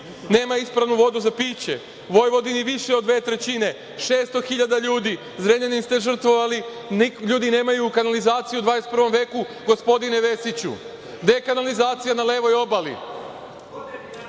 nema ispravnu vodu za piće, u Vojvodini više od dve trećine, 600 hiljada ljudi. Zrenjanin ste žrtvovali. Ljudi nemaju kanalizaciju u 21. veku. Gospodine Vesiću, gde je kanalizacija na levoj obali?